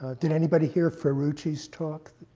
did anybody hear ferucci's talk?